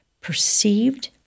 perceived